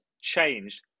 changed